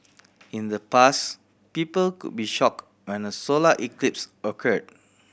in the past people could be shocked when a solar eclipse occurred